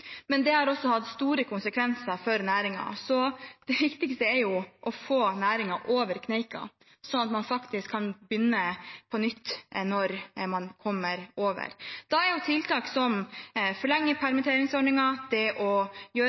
også hatt store konsekvenser for næringen. Det viktigste nå er å få næringen over kneika sånn at man faktisk kan begynne på nytt når dette er over. Da er det viktig med tiltak, som å forlenge permitteringsordningen, gjøre